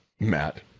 Matt